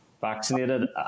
vaccinated